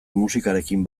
musikarekin